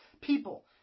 people